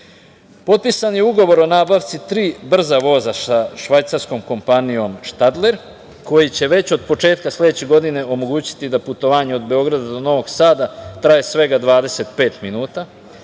je ugovor o nabavci tri brza voza sa Švajcarskom kompanijom „Štadler“, koji će već od početka sledeće godine omogućiti da putovanje od Beograda do Novog Sada traje svega 25 minuta,